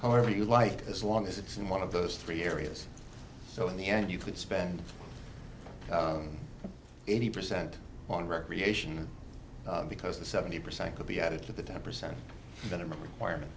however you like as long as it's in one of those three areas so in the end you could spend eighty percent on recreation because the seventy percent could be added to the damn percent minimum requirement